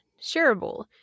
shareable